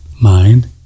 mind